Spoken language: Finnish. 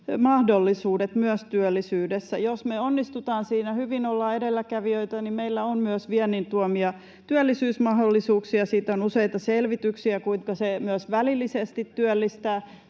mahdollisuudet myös työllisyydessä. Jos me onnistumme siinä hyvin ja olemme edelläkävijöitä, niin meillä on myös viennin tuomia työllisyysmahdollisuuksia. Siitä on useita selvityksiä, kuinka se myös välillisesti työllistää.